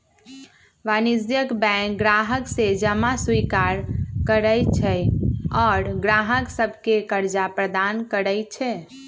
वाणिज्यिक बैंक गाहक से जमा स्वीकार करइ छइ आऽ गाहक सभके करजा प्रदान करइ छै